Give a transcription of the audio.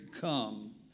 come